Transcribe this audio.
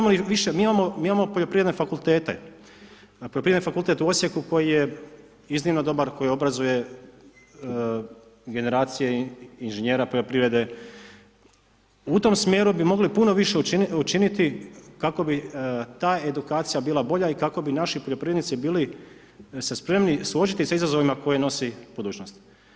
Mi imamo poljoprivredne fakultete, poljoprivredni fakultet u Osijeku, koji je iznimno dobar, koji obrazuje generacije inženjera poljoprivrede, u tom smjeru bi mogli puno više učiniti, kako bi ta edukacija bila bolja i kako bi naši poljoprivrednici bili se spremni suočiti s izazovima koje nosi budućnost.